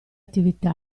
attività